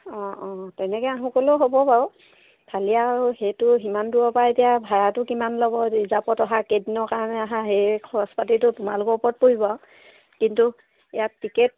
অঁ অঁ তেনেকৈ আহোঁ ক'লেও হ'ব বাৰু খালি আৰু সেইটো সিমান দূৰৰপৰা এতিয়া ভাড়াটো কিমান ল'ব ৰিজাৰ্ভত অহা কেইদিনৰ কাৰণে আহা সেই খৰচ পাতিটো তোমালোকৰ ওপৰত পৰিব আৰু কিন্তু ইয়াত টিকেট